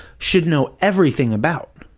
should know everything about,